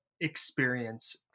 experience